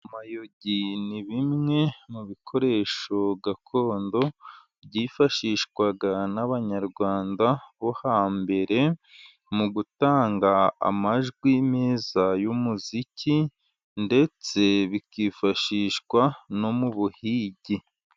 Amayogi ni bimwe mu bikoresho gakondo, byifashishwaga n'abanyarwanda bo hambere, mu gutanga amajwi meza y'umuziki, ndetse bikifashishwa no mu buhigi.